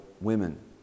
women